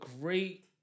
great